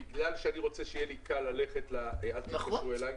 בגלל שאני רוצה שיהיה לי קל ללכת ל'אל תתקשרו אלייד.